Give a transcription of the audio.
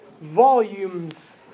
volumes